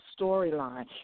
storyline